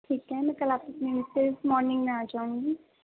ٹھیک ہے میں کل آپ کی کلینک پہ مارننگ میں آ جاؤں گی